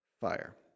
fire